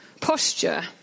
Posture